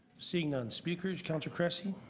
seeing none. speakers? councillor cressy?